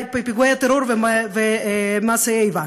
פיגועי טרור ומעשי איבה.